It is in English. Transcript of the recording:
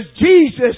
Jesus